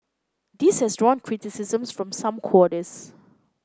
this has drawn criticisms from some quarters